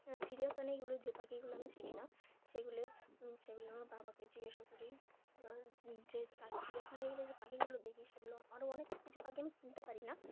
আর চিড়িয়াখানাগুলো যে পাখিগুলো আমি চিনি না সেগুলো সেগুলি আমার বাবাকে জিজ্ঞাসা করি আর যে চিড়িয়াখানা ঘুরলে যে পাখিগুলো দেখি সেগুলো আরও অনেক কিছু পাখি আমি চিনতে পারি না